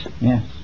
Yes